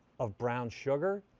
of brown sugar.